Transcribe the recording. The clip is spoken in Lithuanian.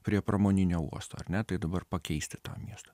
prie pramoninio uosto ar ne tai dabar pakeisti tą miestą